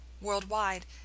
Worldwide